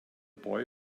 boy